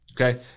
okay